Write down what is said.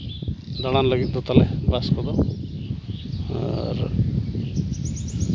ᱫᱟᱲᱟᱱ ᱞᱟᱹᱜᱤᱫ ᱛᱟᱞᱮ ᱵᱟᱥ ᱠᱚᱫᱚ ᱟᱨ